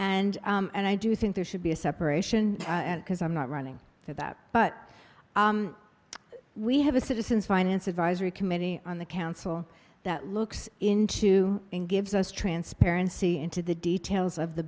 and and i do think there should be a separation because i'm not running for that but we have a citizens finance advisory committee on the council that looks into and gives us transparency into the details of the